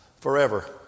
forever